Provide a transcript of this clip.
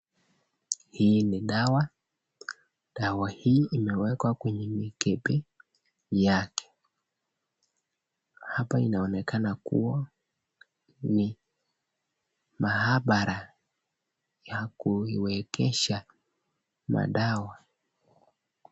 Hii ni dawa. Dawa hii imewekwa kwenye mikebe yake. Hapa inaonekana kuwa ni maabara ya kuiwekesha madawa.